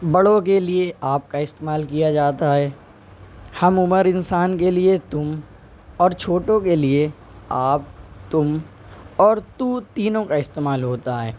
بڑوں کے لیے آپ کا استعمال کیا جاتا ہے ہم عمر انسان کے لیے تم اور چھوٹوں کے لیے آپ تم اور تو تینوں کا استعمال ہوتا ہے